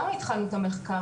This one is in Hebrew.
למה התחלנו את המחקר?